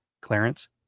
clarence